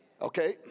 Okay